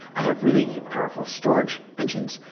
i have really powerful storage engines.